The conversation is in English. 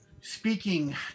speaking